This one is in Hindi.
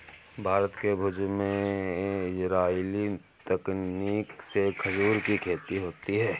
भारत के भुज में इजराइली तकनीक से खजूर की खेती होती है